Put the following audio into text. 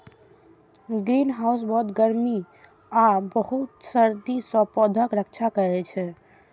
greenhouse बहुत अधिक गर्मी आ बहुत अधिक सर्दी सं पौधाक रक्षा करै छै